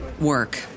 work